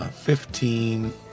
fifteen